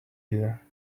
year